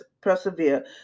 persevere